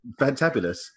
Fantabulous